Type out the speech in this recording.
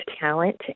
talent